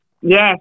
yes